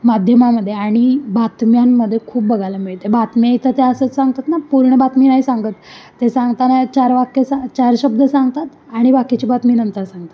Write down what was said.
माध्यमामध्ये आणि बातम्यांमध्ये खूप बघायला मिळते बातम्या येतात त्या असंच सांगतात ना पूर्ण बातमी नाही सांगत ते सांगताना चार वाक्य सां चार शब्द सांगतात आणि बाकीची बातमी नंतर सांगतात